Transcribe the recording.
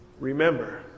Remember